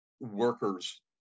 workers